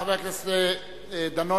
חבר הכנסת דנון,